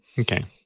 Okay